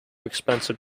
expensive